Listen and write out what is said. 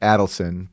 Adelson